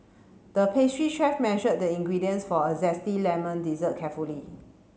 the pastry chef measured the ingredients for a zesty lemon dessert carefully